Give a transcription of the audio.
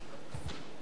אדוני היושב-ראש,